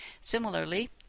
Similarly